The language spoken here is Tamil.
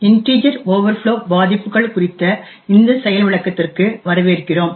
இன்டிஜெர் ஓவர்ஃப்ளோ பாதிப்புகள் குறித்த இந்த செயல் விளக்கத்திற்கு வரவேற்கிறோம்